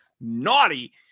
naughty